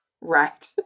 Right